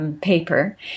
paper